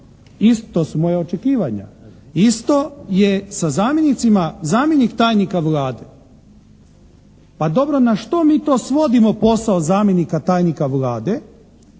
Isto smo i očekivanja, isto je sa zamjenicima, zamjenik tajnika Vlade. Pa dobro na što mi to svodimo posao zamjenika tajnika Vlade,